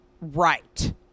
Right